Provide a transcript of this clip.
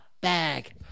bag